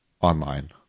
online